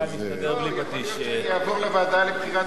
יכול להיות שזה יעבור לוועדה, חבר הכנסת